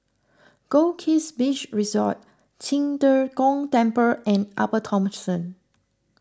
Goldkist Beach Resort Qing De Gong Temple and Upper Thomson